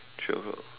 three o clock